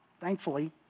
thankfully